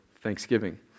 Thanksgiving